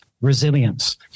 resilience